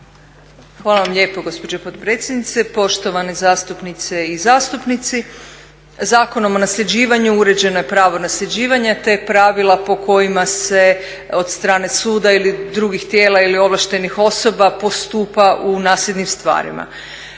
Hvala lijepo gospođo potpredsjednice, poštovane zastupnice i zastupnici. Zakonom o nasljeđivanju uređeno je pravo nasljeđivanja te pravila po kojima se od strane suda ili drugih tijela ili ovlaštenih osoba postupa u nasljednim stvarima.